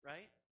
Right